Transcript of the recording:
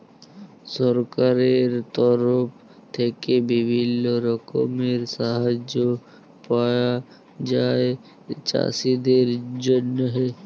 সরকারের তরফ থেক্যে বিভিল্য রকমের সাহায্য পায়া যায় চাষীদের জন্হে